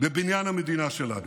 בבניין המדינה שלנו.